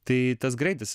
tai tas greitis